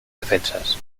defensas